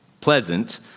pleasant